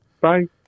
Bye